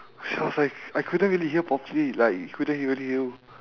sorry sorry I couldn't really hear properly like couldn't even hear you